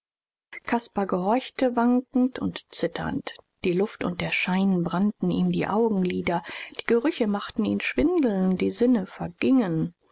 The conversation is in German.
caspar gehorchte wankend und zitternd die luft und der schein brannten ihm die augenlider die gerüche machten ihn schwindeln die sinne vergingen